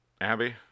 Abby